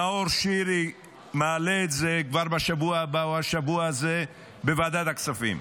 נאור שירי מעלה את זה כבר בשבוע הבא או בשבוע הזה בוועדת הכספים,